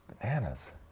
bananas